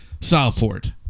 Southport